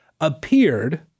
appeared